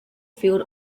field